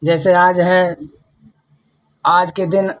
जैसे आज है आज के दिन